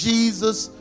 Jesus